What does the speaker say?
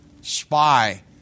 spy